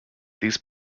these